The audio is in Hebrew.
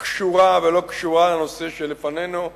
קשורה ולא קשורה לנושא שלפנינו.